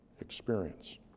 experience